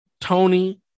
Tony